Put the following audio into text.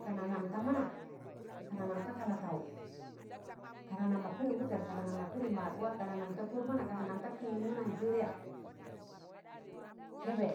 kana nam da mana, kana nam da kalataụ, kana nam ma pịdị wụtẹn, kana nam ma pịdị maad waa kana nam da kọr mọna, ka nam da kịyịlmụ Naịjẹrịya. Kẹbẹ